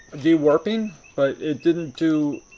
de-warping, but it didn't do